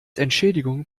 entschädigung